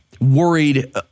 worried